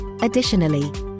Additionally